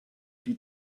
die